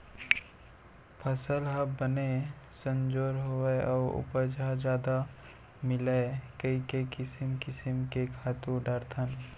फसल ह बने संजोर होवय अउ उपज ह जादा मिलय कइके किसम किसम के खातू डारथन